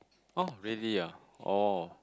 oh really ah oh